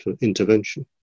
intervention